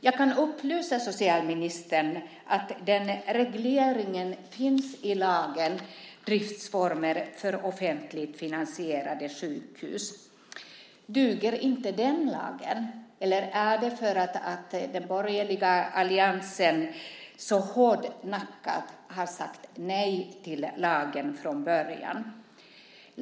Jag kan upplysa socialministern om att den regleringen finns i lagen om driftsformer för offentligt finansierade sjukhus. Duger inte den lagen? Är det för att den borgerliga alliansen så hårdnackat har sagt nej till lagen från början?